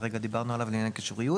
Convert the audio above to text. הרגע דיברנו עליו, לענייני קישוריות.